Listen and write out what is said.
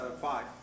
Five